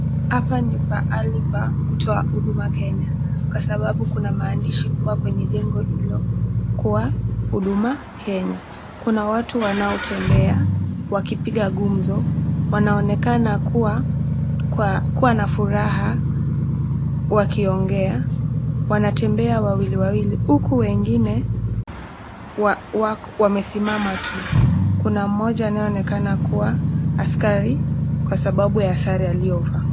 Hapa ni pahali pa kutoa huduma kenya kwa sababu kuna maandishi kubwa kwenye nembo hiyo kuwa huduma kenya. Kuna watu wanaotembea wakipiga gumzo wanaonekana kuwa na furaha wakiongea wanatembea wawili wawili huku wengine wamesimama tu, kuna mmoja anayeonekana kuwa askari kwa sababu ya sare aliyovaa.